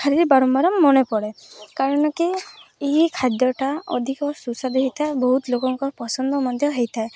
ଖାଲି ବାରମ୍ବାର ମନେ ପଡ଼େ କାରଣକି ଏହି ଖାଦ୍ୟଟା ଅଧିକ ସୁସ୍ୱାଦୁ ହେଇଥାଏ ବହୁତ ଲୋକଙ୍କର ପସନ୍ଦ ମଧ୍ୟ ହେଇଥାଏ